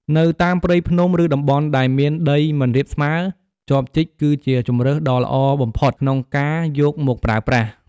នៅតាមព្រៃភ្នំ ឬតំបន់ដែលមានដីមិនរាបស្មើ ចបជីកគឺជាជម្រើសដ៏ល្អបំផុតក្នុងការយកមកប្រើប្រាស់។